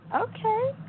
Okay